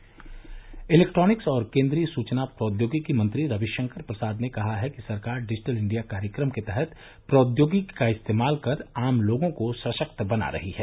केन्द्रीय इलेक्ट्रॉनिक्स और सूचना प्रौद्योगिकी मंत्री रविशंकर प्रसाद ने कहा है कि सरकार डिजिटल इंडिया कार्यक्रम के तहत प्रौद्योगिकी का इस्तेमाल कर आम लोगों को सशक्त बना रही है